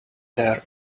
there